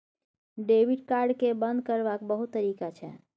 debit card केँ बंद करबाक बहुत तरीका छै